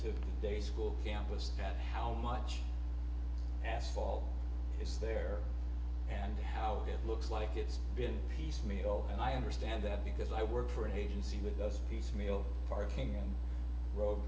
to day school campus how much asphalt is there and how it looks like it's been piecemeal and i understand that because i work for an agency with us piecemeal parking